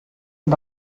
und